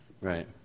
Right